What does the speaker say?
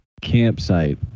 campsite